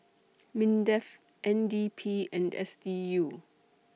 Mindef N D P and S D U